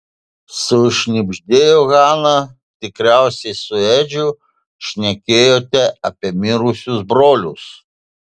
sušnibždėjo hana tikriausiai su edžiu šnekėjote apie mirusius brolius